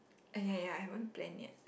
uh ya ya I haven't plan yet